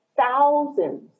thousands